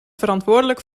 verantwoordelijk